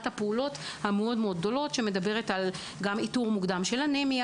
הפעולות הגדולה שכוללת איתור אנמיה